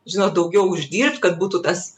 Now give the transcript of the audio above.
žinot daugiau uždirbt kad būtų tas